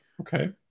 okay